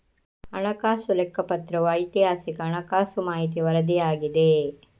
ಹಣಕಾಸು ಲೆಕ್ಕಪತ್ರವು ಐತಿಹಾಸಿಕ ಹಣಕಾಸು ಮಾಹಿತಿಯ ವರದಿಯಾಗಿದೆ